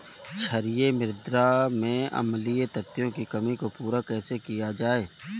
क्षारीए मृदा में अम्लीय तत्वों की कमी को पूरा कैसे किया जाए?